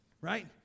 right